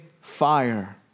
fire